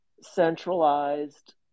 centralized